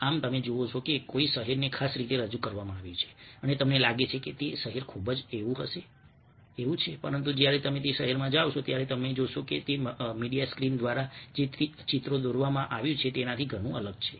આમ તમે જુઓ છો કે કોઈ શહેરને ખાસ રીતે રજૂ કરવામાં આવ્યું છે અને તમને લાગે છે કે તે શહેર ખૂબ જ એવું છે પરંતુ જ્યારે તમે તે શહેરમાં જાઓ છો ત્યારે તમે જોશો કે તે મીડિયા સ્ક્રીન દ્વારા જે ચિત્રો દ્વારા દોરવામાં આવ્યું છે તેનાથી ઘણું અલગ છે